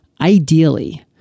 ideally